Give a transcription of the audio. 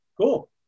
Cool